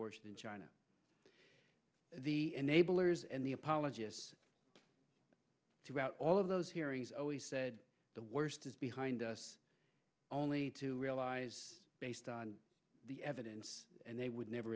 in china the enablers and the apologists throughout all of those hearings always said the worst is behind us only to realize based on the evidence and they would never